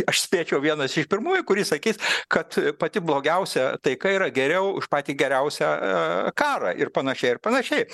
aš spėčiau vienas iš pirmųjų kuris sakys kad pati blogiausia taika yra geriau už patį geriausią karą ir panašiai ir panašiai